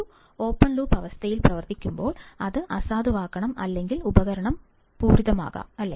ഒരു open loop അവസ്ഥയിൽ പ്രവർത്തിക്കുമ്പോൾ അത് അസാധുവാക്കണം അല്ലെങ്കിൽ ഉപകരണം പൂരിതമാകാം അല്ലേ